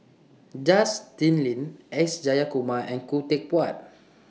Justin Lean S Jayakumar and Khoo Teck Puat